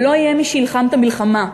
ולא יהיה מי שיילחם את המלחמה.